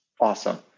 Awesome